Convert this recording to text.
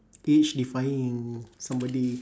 age defying somebody